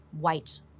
white